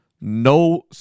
no